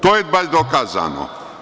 To je bar dokazano.